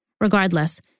Regardless